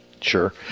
Sure